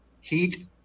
heat